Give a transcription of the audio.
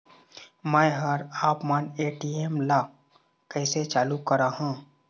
मैं हर आपमन ए.टी.एम ला कैसे चालू कराहां?